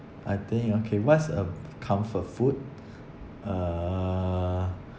I think okay what's a comfort food uh